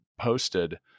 posted